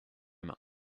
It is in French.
main